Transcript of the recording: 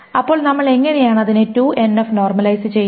അപ്പോൾ നമ്മൾ എങ്ങനെയാണ് അതിനെ 2NF നോർമലൈസ് ചെയ്യുന്നത്